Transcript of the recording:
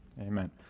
Amen